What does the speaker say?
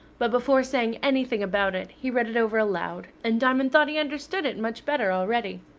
but before saying anything about it, he read it over aloud, and diamond thought he understood it much better already.